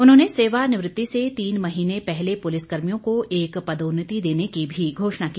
उन्होंने सेवानिवृत्ति से तीन महीने पहले पुलिस कर्मियों को एक पदोन्नति देने की भी घोषणा की